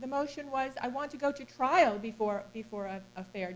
the motion was i want to go to trial before before a a fair